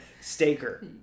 Staker